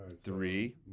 three